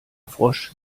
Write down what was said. frosch